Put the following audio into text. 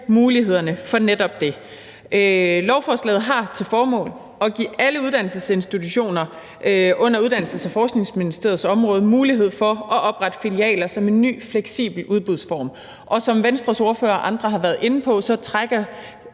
mulighederne for netop det. Lovforslaget har til formål at give alle uddannelsesinstitutioner på Uddannelses- og Forskningsministeriets område mulighed for at oprette filialer som en ny fleksibel udbudsform, og som Venstres ordfører og andre har været inde på, trækker